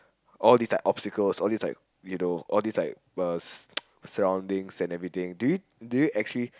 all these like obstacles all these like you know all these like uh surroundings and everything do you do you actually